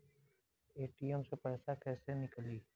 ATM से पैसा कैसे नीकली?